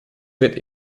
wird